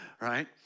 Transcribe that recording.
right